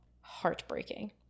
Heartbreaking